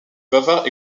bavard